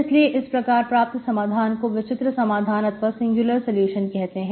इसलिए इस प्रकार प्राप्त समाधान को विचित्र समाधान अथवा सिंगुलर सलूशन कहते हैं